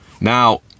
Now